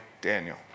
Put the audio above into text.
Daniel